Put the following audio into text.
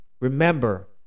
Remember